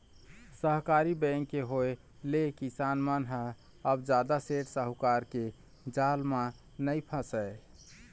सहकारी बेंक के होय ले किसान मन ह अब जादा सेठ साहूकार के जाल म नइ फसय